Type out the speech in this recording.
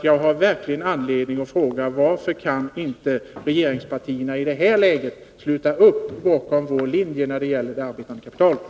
Jag har verkligen skäl att fråga: Varför kan inte regeringspartierna i det här läget sluta upp bakom vår linje när det gäller det arbetande kapitalet?